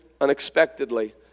unexpectedly